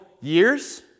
years